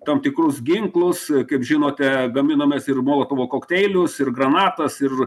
tam tikrus ginklus kaip žinote gaminomės ir molotovo kokteilius ir granatas ir